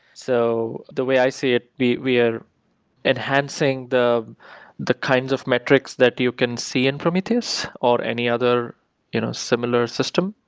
so the way i see it, we're enhancing the the kinds of metrics that you can see in prometheus or any other you know similar system.